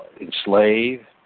enslave